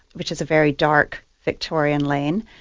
which is a very dark victorian lane,